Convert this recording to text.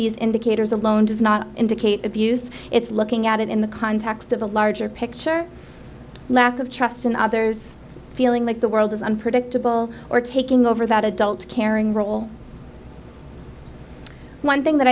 these indicators alone does not indicate abuse it's looking at it in the context of a larger picture lack of trust in others feeling like the world is unpredictable or taking over that adult caring role one thing that